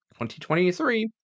2023